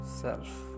self